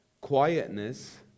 quietness